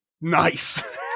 nice